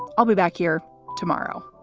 i'll be back here tomorrow